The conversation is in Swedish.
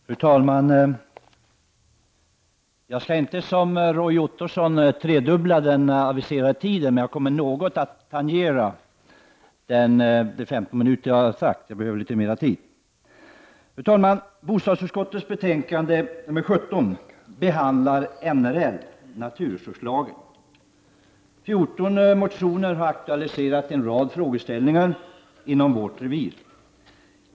Fru talman! Jag skall inte som Roy Ottosson tredubbla den aviserade tiden, men jag kommer att behöva litet mera tid än de 15 minuter som jag har angivit. I bostadsutskottets betänkande nr 17 behandlas NRL, naturresurslagen. I 14 motioner har aktualiserats en rad frågeställningar inom vårt revir.